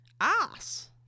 ass